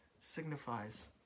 signifies